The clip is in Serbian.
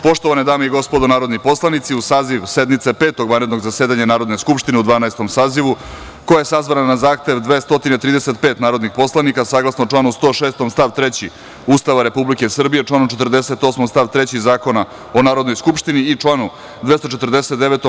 Poštovane dame i gospodo narodni poslanici, uz Saziv sednice Petog vanrednog zasedanja Narodne skupštine u Dvanaestom sazivu, koja je sazvana na zahtev 235 narodnih poslanika, saglasno članu 106. stav 3. Ustava Republike Srbije, članom 48. stav 3. Zakona o Narodnoj skupštini i članu 249.